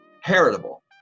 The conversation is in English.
heritable